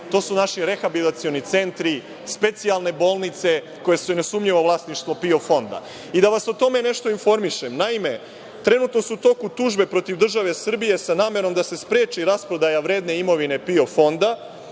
to su naši rehabilitacioni centri, specijalne bolnice, koje su nesumnjivo vlasništvo PIO fonda. Da vas o tome nešto informišem, naime trenutno su u toku tužbe protiv države Srbije sa namerom da se spreči rasprodaja vredne imovine PIO fonda,